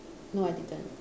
no I didn't